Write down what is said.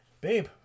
babe